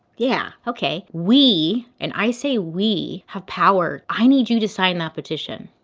yeah, okay. we, and i say we, have power. i need you to sign that petition.